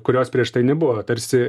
kurios prieš tai nebuvo tarsi